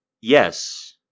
Yes